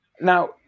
Now